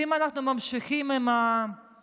ואם אנחנו ממשיכים עם הדוגמאות,